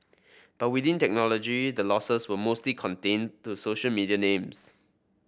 but within technology the losses were mostly contained to social media names